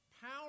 Power